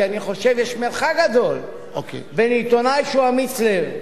כי אני חושב שיש מרחק גדול בין עיתונאי שהוא אמיץ לב,